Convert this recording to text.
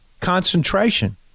Concentration